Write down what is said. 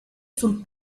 sul